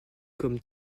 comme